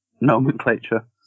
Nomenclature